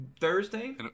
Thursday